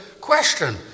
question